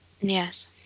Yes